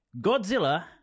Godzilla